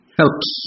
helps